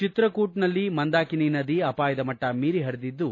ಚಿತ್ರಾಕುಟನಲ್ಲಿ ಮಂದಾಕಿನಿ ನದಿ ಅಪಾಯದ ಮಟ್ಟ ಮೀರಿ ಹರಿಯುತ್ತಿದ್ದು